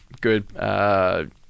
good